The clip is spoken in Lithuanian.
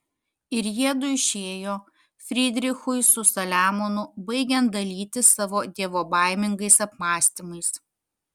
ir jiedu išėjo frydrichui su saliamonu baigiant dalytis savo dievobaimingais apmąstymais